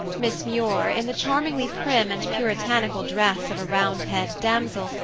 miss muir, in the charmingly prim and puritanical dress of a roundhead damsel,